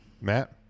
Matt